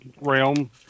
realm